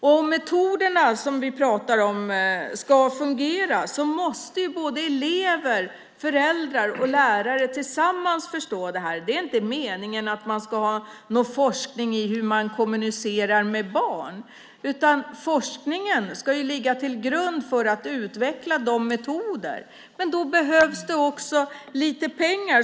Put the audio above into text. Om de metoder som vi pratar om ska fungera måste elever, föräldrar och lärare tillsammans förstå det här. Det är inte meningen att det ska bedrivas forskning i hur man kommunicerar med barn, utan forskningen ska ligga till grund för att utveckla metoder. Men då behövs det också lite pengar.